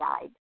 died